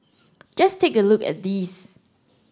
just take a look at these